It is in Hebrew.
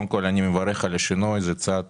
אני מברך על ששינוי שהוא צעד